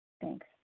Thanks